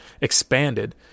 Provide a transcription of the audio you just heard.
expanded –